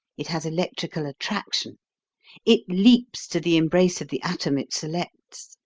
it has electrical attraction it leaps to the embrace of the atom it selects,